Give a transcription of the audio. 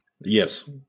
Yes